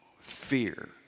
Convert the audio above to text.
fear